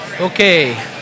Okay